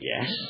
yes